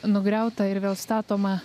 nugriautą ir vėl statomą